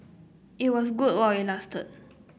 it was good while it lasted